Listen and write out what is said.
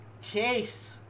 Chase